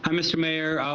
um mr. mayor.